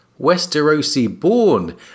Westerosi-born